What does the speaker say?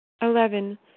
Eleven